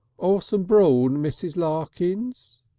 or some brawn, mrs. larkins?